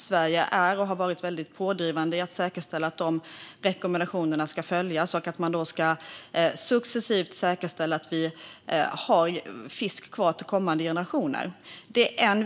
Sverige har varit och är pådrivande i att säkerställa att dessa rekommendationer följs så att vi successivt säkerställer att det finns fisk kvar till kommande generationer.